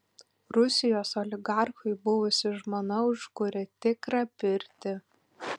rusijos oligarchui buvusi žmona užkūrė tikrą pirtį